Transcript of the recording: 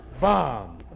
Bomb